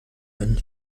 bin